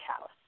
house